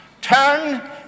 turn